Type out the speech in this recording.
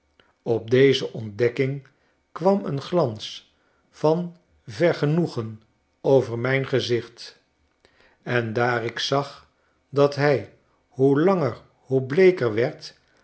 op deze ontdekking kwam een glans van vergenoegen over my n gezicht en daar ik zag dat hij hoe langer hoe bleeker werd